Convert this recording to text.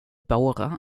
bara